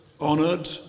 honoured